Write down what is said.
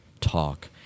Talk